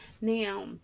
Now